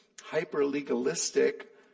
hyper-legalistic